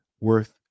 worth